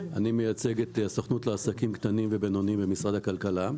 אני מייצג את הסוכנות לעסקים קטנים ובינוניים במשרד הכלכלה.